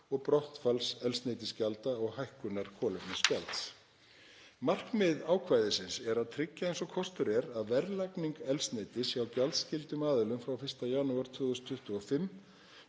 og brottfalls eldsneytisgjalda og hækkunar kolefnisgjalds. Markmið ákvæðisins er að tryggja eins og kostur er að verðlagning eldsneytis hjá gjaldskyldum aðilum frá 1. janúar 2025